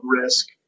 risk